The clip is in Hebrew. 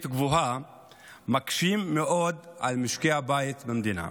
גבוהה מקשים מאוד על משקי הבית במדינה.